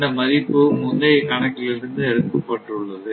இந்த மதிப்பு முந்தைய கணக்கில் இருந்து எடுக்கப்பட்டுள்ளது